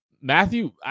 Matthew